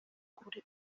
kuri